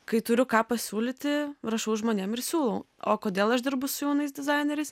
kai turiu ką pasiūlyti rašau žmonėm ir siūlau o kodėl aš dirbu su jaunais dizaineriais